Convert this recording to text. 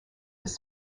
was